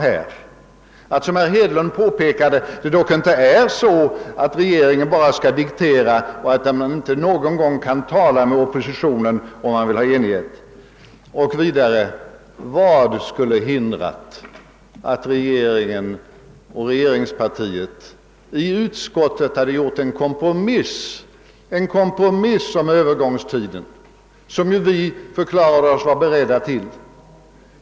Och såsom herr Hedlund påpekat bör det dock inte vara så, att regeringen bara dikterar och aldrig talar med oppositionen för att uppnå enighet. Vad skulle ha hindrat att regeringen och regeringspartiet i utskottet träffat en kompromiss om övergångstiden som vi förklarade oss beredda till?